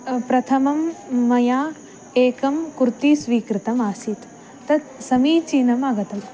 प्रथमं मया एकं कुर्ती स्वीकृतमासीत् तत् समीचीनमागतं